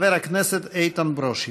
ואחריה, חבר הכנסת איתן ברושי.